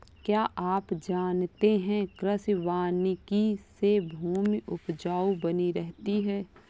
क्या आप जानते है कृषि वानिकी से भूमि उपजाऊ बनी रहती है?